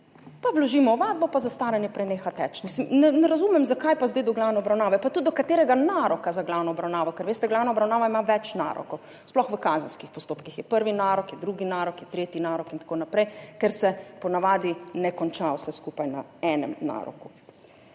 pa vložimo ovadbo pa za staranje preneha teči. Ne razumem, zakaj pa zdaj do glavne obravnave, pa tudi do katerega naroka za glavno obravnavo. Ker veste, glavna obravnava ima več narokov, sploh v kazenskih postopkih, je prvi narok, je drugi narok, je tretji narok in tako naprej, ker se po navadi ne konča vse skupaj na enem naroku.